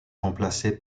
remplacé